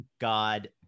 God